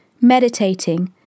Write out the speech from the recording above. meditating